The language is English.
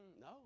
No